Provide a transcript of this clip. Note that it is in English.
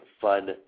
fun